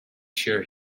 sure